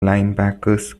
linebackers